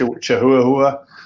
chihuahua